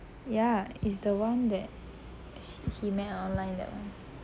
ya is the [one] that he he met online that [one]